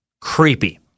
Creepy